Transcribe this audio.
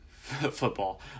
football